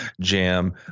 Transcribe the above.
jam